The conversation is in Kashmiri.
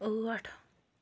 ٲٹھ